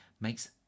makes